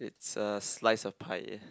it's a slice of pie eh